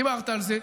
דיברת על זה,